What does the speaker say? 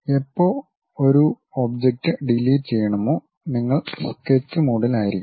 എപ്പോ ഒരു object delete ചെയ്യണമോ നിങ്ങൾ സ്കെച്ച് മോഡിലായിരിക്കണം